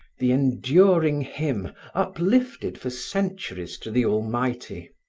the enduring hymn uplifted for centuries to the almighty.